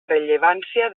rellevància